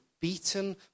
beaten